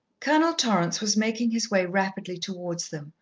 colonel torrance was making his way rapidly towards them,